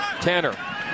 Tanner